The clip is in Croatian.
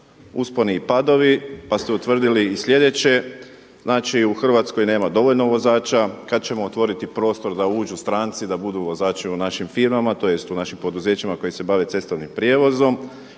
usponi i padovi pa ste utvrdili i sljedeće, znači u Hrvatskoj nema dovoljno vozača, kada ćemo otvoriti prostor da uđu stranci da budu vozači u našim firmama, tj. u našim poduzećima koji se bave cestovnim prijevozom,